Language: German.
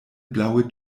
blaue